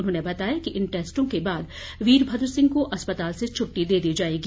उन्होंने बताया कि इन टैस्टों के बाद वीरमद्र सिंह को अस्पताल से छुट्टी दे दी जायेगी